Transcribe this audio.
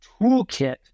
toolkit